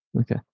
Okay